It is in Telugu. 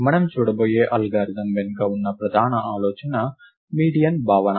మనము చూడబోయే అల్గోరిథం వెనుక ఉన్న ప్రధాన ఆలోచన మీడియన్ భావన